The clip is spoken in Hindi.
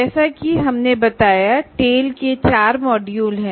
जैसा कि हमने बताया टेल के चार मॉड्यूल हैं